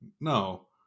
no